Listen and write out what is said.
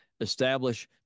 Establish